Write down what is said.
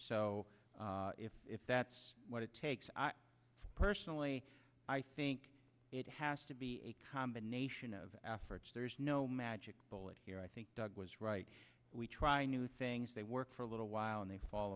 so if that's what it takes personally i think it has to be a combination of efforts there's no magic bullet here i think doug was right we try new things they work for a little while and they fall